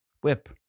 Whip